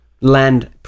land